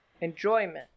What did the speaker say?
Enjoyment